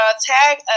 Tag